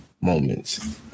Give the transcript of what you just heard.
moments